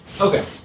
Okay